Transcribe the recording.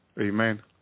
Amen